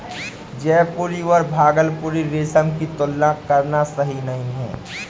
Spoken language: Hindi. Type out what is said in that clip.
जयपुरी और भागलपुरी रेशम की तुलना करना सही नही है